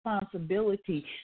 responsibility